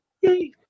yay